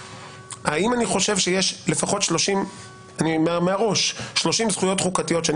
האם אני חושב שיש לפחות 30 זכויות חוקתיות שאני